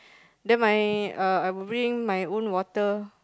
then my uh I will bring my own water